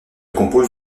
compose